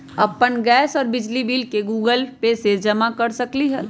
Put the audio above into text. अपन गैस और बिजली के बिल गूगल पे से जमा कर सकलीहल?